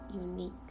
unique